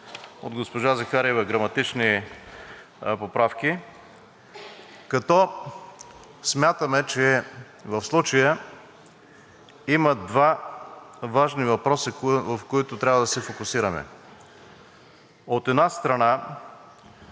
от госпожа Захариева граматични поправки, като смятаме, че в случая има два важни въпроса, върху които трябва да се фокусираме. От една страна,